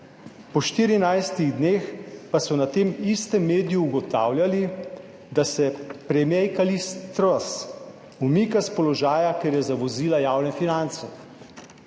Po 14 dneh pa so na tem istem mediju ugotavljali, da se premierka Liz Truss umika s položaja, ker je zavozila javne finance.